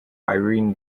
irene